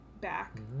back